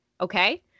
okay